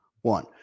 One